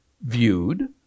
viewed